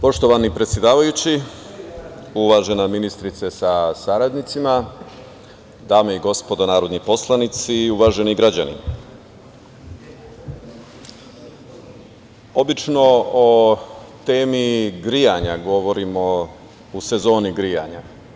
Poštovani predsedavajući, uvažena ministarko sa saradnicima, dame i gospodo narodni poslanici, uvaženi građani, obično o temi grejanja govorimo u sezoni grejanja.